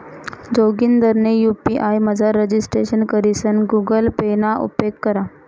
जोगिंदरनी यु.पी.आय मझार रजिस्ट्रेशन करीसन गुगल पे ना उपेग करा